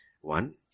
One